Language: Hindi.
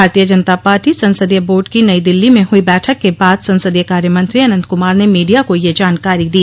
भारतीय जनता पार्टी संसदीय बोर्ड की नई दिल्ली में हुई बैठक के बाद संसदीय कार्य मंत्री अनन्त कुमार ने मीडिया को यह जानकारी दी